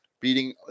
beating